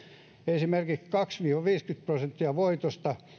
esimerkiksi kaksikymmentä viiva viisikymmentä prosenttia voitosta